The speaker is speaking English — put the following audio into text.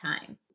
time